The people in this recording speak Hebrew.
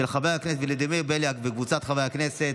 של חבר הכנסת ולדימיר בליאק וקבוצת חברי הכנסת.